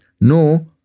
no